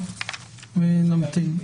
קודם.